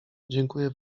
dziękuję